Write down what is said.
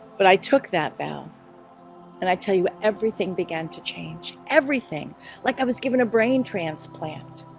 but i took that vow and i tell you everything began to change everything like i was given a brain transplant